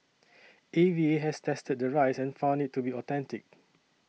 A V A has tested the rice and found it to be authentic